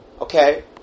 Okay